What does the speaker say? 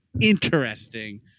Interesting